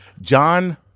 John